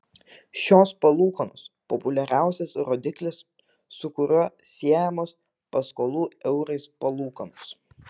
šios palūkanos populiariausias rodiklis su kuriuo siejamos paskolų eurais palūkanos